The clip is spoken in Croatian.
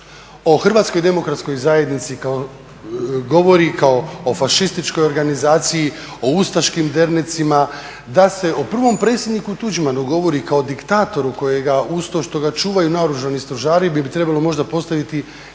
crkva, da se tu o HDZ-u govori kao o fašističkoj organizaciji, o ustaškim dernecima, da se o prvom predsjedniku Tuđmanu govori kao o diktatoru kojega uz to što ga čuvaju naoružani stražari, bi možda trebalo postaviti minska